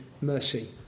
mercy